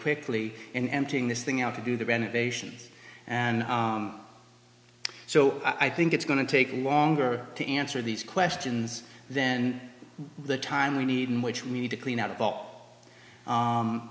quickly in emptying this thing out to do the renovations and so i think it's going to take longer to answer these questions then the time we need in which we need to clean out a ball